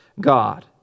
God